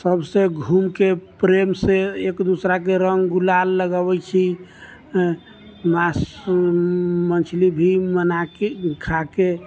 सबसँ घुमिके प्रेमसँ एक दोसराके रङ्ग गुलाल लगाबै छी मछली भी बनाकऽ खाकऽ